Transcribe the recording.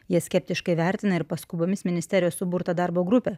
jie skeptiškai vertina ir paskubomis ministerijos suburtą darbo grupę